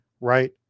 Right